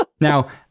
Now